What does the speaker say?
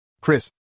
Chris